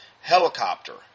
helicopter